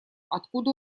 откуда